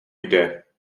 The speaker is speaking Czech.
jde